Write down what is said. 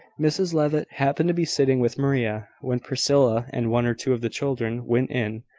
mrs levitt happened to be sitting with maria, when priscilla and one or two of the children went in.